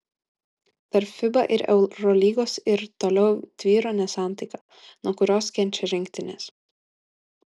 tarp fiba ir eurolygos ir toliau tvyro nesantaika nuo kurios kenčia rinktinės